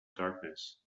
darkness